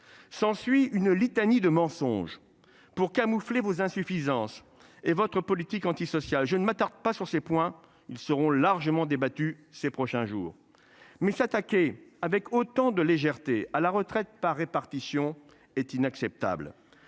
S'ensuit une litanie de mensonges pour camoufler vos insuffisances et votre politique antisociale. Je ne m'attarde pas sur ces points ils seront largement débattues ces prochains jours. Mais s'attaquer avec autant de légèreté à la retraite par répartition est inacceptable,